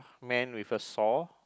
man with a saw